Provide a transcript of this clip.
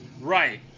Right